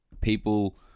people